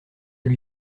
lui